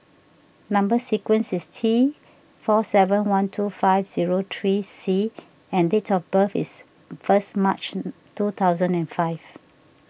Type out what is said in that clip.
Number Sequence is T four seven one two five zero three C and date of birth is first March two thousand and five